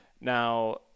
now